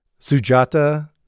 Sujata